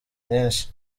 myinshi